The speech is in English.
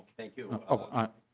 thank you up on.